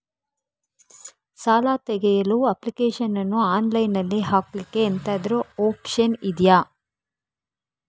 ಸಾಲ ತೆಗಿಯಲು ಅಪ್ಲಿಕೇಶನ್ ಅನ್ನು ಆನ್ಲೈನ್ ಅಲ್ಲಿ ಹಾಕ್ಲಿಕ್ಕೆ ಎಂತಾದ್ರೂ ಒಪ್ಶನ್ ಇದ್ಯಾ?